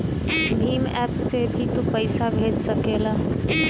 Bhim app से भी तू पईसा भेज सकेला